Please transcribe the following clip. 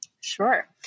Sure